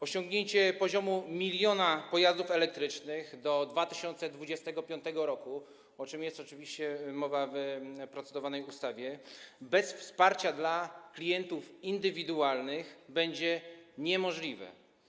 Osiągnięcie poziomu 1 mln pojazdów elektrycznych do 2025 r., o czym jest oczywiście mowa w procedowanej ustawie, bez wsparcia dla klientów indywidualnych będzie niemożliwe.